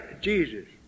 Jesus